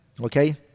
Okay